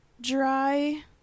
dry